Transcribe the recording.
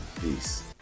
Peace